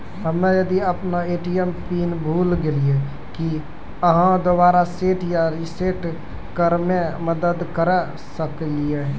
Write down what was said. हम्मे यदि अपन ए.टी.एम पिन भूल गलियै, की आहाँ दोबारा सेट या रिसेट करैमे मदद करऽ सकलियै?